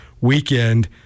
weekend